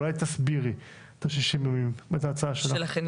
אולי תסבירי את ההצעה שלך.